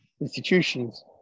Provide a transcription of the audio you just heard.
institutions